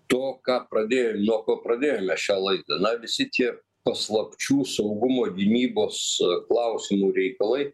to ką pradėjom nuo ko pradėjome šią laidą na visi tie paslapčių saugumo gynybos klausimų reikalai